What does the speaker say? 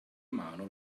mano